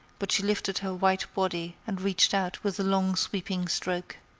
but she lifted her white body and reached out with a long, sweeping stroke.